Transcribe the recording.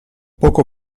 poco